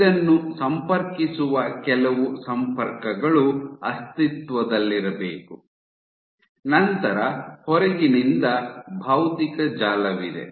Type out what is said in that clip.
ಇದನ್ನು ಸಂಪರ್ಕಿಸುವ ಕೆಲವು ಸಂಪರ್ಕಗಳು ಅಸ್ತಿತ್ವದಲ್ಲಿರಬೇಕು ನಂತರ ಹೊರಗಿನಿಂದ ಭೌತಿಕ ಜಾಲವಿದೆ